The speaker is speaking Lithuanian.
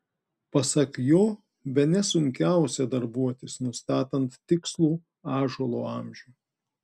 pasak jo bene sunkiausia darbuotis nustatant tikslų ąžuolo amžių